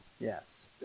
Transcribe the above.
Yes